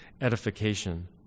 edification